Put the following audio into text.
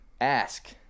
ask